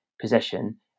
possession